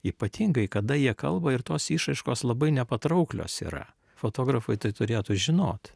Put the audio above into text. ypatingai kada jie kalba ir tos išraiškos labai nepatrauklios yra fotografai tai turėtų žinot